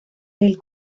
del